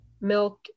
milk